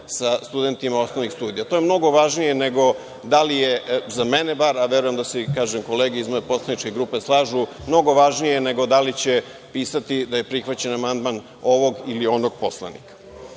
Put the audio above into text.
sa studentima osnovnih studija. To je mnogo važnije nego da li je, za mene bar, a verujem da se i kolege iz moje poslaničke grupe slažu, mnogo važnije nego da li će pisati da je prihvaćen amandman ovog ili onog poslanika. Direktan